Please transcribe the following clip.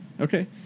Okay